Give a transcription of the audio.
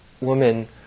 woman